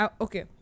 Okay